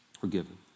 Forgiven